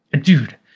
Dude